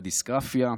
ודיסגרפיה,